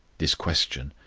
this question,